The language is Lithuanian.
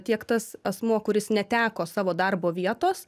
tiek tas asmuo kuris neteko savo darbo vietos